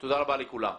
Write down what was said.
תודה רבה לכולם.